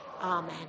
Amen